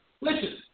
Listen